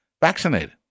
vaccinated